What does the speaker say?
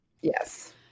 Yes